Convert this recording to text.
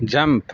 jump